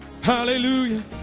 Hallelujah